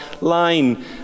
line